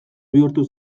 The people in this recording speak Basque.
bihurtu